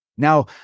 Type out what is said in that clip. Now